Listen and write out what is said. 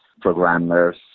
programmers